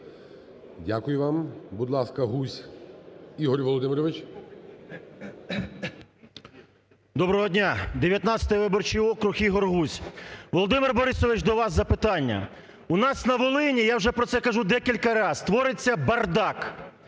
Дякую вам. Будь ласка, Гузь Ігор Володимирович. 10:34:49 ГУЗЬ І.В. Доброго дня! 19 виборчий округ Ігор Гузь. Володимир Борисович, до вас запитання, у нас на Волині, я вже про це кажу декілька раз, твориться бардак,